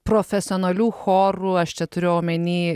profesionalių chorų aš čia turiu omeny